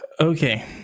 Okay